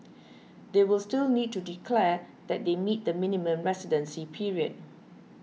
they will still need to declare that they meet the minimum residency period